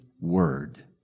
Word